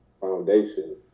foundation